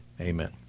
amen